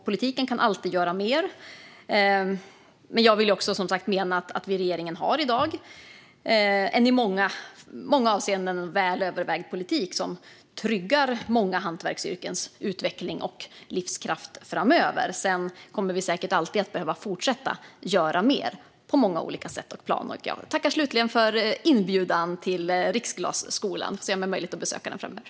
Politiken kan alltid göra mer, men jag menar också att regeringen har en i många avseenden väl övervägd politik som tryggar många hantverksyrkens utveckling och livskraft framöver. Dock kommer vi säkert alltid att behöva fortsätta att göra mer på många olika sätt. Jag tackar slutligen för inbjudan till Riksglasskolan. Vi får se om jag får möjlighet att besöka den framöver.